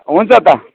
हुन्छ त